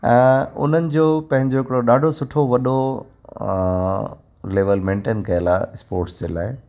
ऐं उन्हनि पंहिंजो हिकिड़ो ॾाढो सुठो वॾो लेवल मैंटेन कयल आहे स्पोर्ट्स जे लाइ